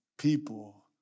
People